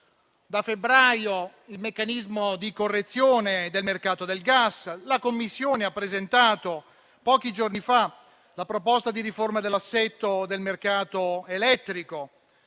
da febbraio c'è il meccanismo di correzione del mercato del gas; la Commissione ha presentato pochi giorni fa la proposta di riforma dell'assetto del mercato elettrico,